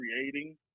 creating